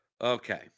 Okay